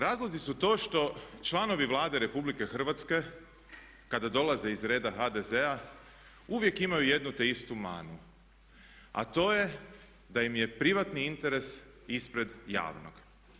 Razlozi su to što članovi Vlade RH kada dolaze iz reda HDZ-a uvijek imaju jednu te istu manu, a to je da im je privatni interes ispred javnog.